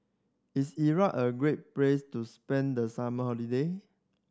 is Iran a great place to spend the summer holiday